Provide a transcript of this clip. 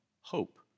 Hope